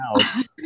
house